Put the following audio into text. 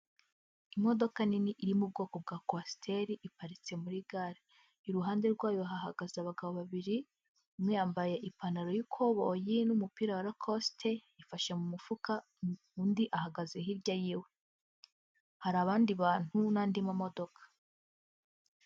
Imodoka nini iri mu bwoko bwa kwasiteri iparitse muri gare, iruhande rwayo hahagaze abagabo babiri, umwe yambaye ipantaro y'ikoboyi n'umupira wa rakosite yifashe mu mufuka, undi ahagaze hirya yiwe, hari abandi bantu n'andi mamodoka.